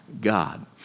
God